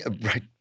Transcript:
Right